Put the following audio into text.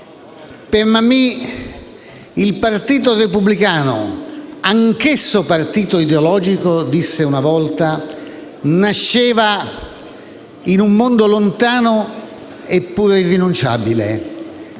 Per Mammì il Partito Repubblicano Italiano - anch'esso partito ideologico, come disse una volta - nasceva in un mondo lontano, eppure irrinunciabile: